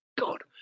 god